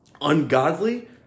ungodly